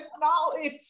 knowledge